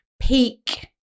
peak